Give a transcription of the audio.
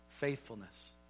faithfulness